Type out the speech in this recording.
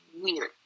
weird